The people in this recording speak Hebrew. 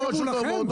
או הרשויות המקומיות,